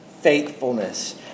faithfulness